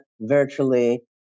virtually